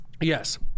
Yes